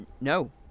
no